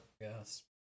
Yes